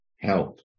help